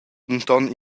denton